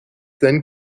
then